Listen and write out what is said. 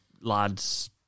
lads